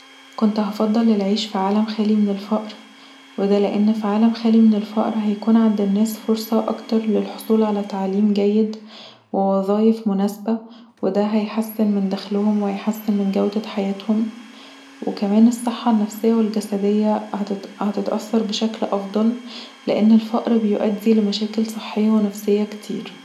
كنت هفضل العيش في عالم خالي من الفقر وده لأن العيش في خالي من الفقر هيكون عند الناس فرصة اكتر للحصول علي تعليم جيد ووظايف مناسبه وده هيحسن من دخلهم وهيحسن من جودة حياتهم وكمان الصحة النفسيه هتتأثر بشكل أفضل لأن الفقر بيؤدي لمشاكل صحية ونفسيه كتير